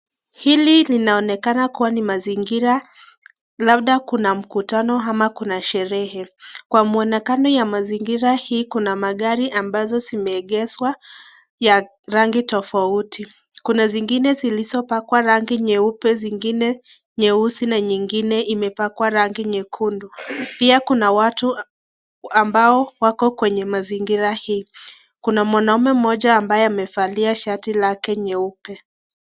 Hili linaonekana kuwa ni Mazigira, labda kuna mkutano ama kuna sherehe. Kwa mwonekano ya Mazigira hii kuna magari ambazo zimeegezwa ya rangi tofauti. Kuna zingine zilizopakwa rangi nyeupe, zingine nyeusi, na nyingine imepakwa rangi nyekundu. Pia kuna watu ambao wako kwenye mazigira hii, kuna mwanaume mmoja ambaye amevalia shati lake nyeupe.